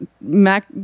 Mac